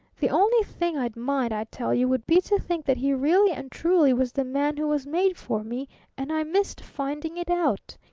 the only thing i'd mind, i tell you, would be to think that he really and truly was the man who was made for me and i missed finding it out